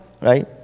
right